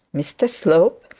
mr slope,